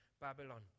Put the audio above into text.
Babylon